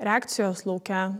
reakcijos lauke